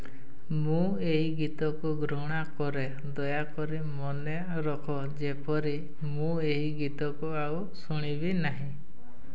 ମୁଁ ଏଇ ଗୀତକୁ ଘୃଣା କରେ ଦୟାକରି ମନେରଖ ଯେପରି ମୁଁ ଏହି ଗୀତକୁ ଆଉ ଶୁଣିବି ନାହିଁ